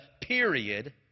period